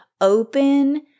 open